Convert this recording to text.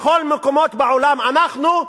בכל המקומות בעולם אנחנו,